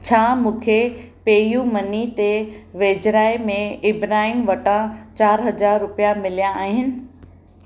छा मूंखे PayU money ते वेझिराई में इब्राहिम वटां चार हज़ार रुपिया मिलिया आहिनि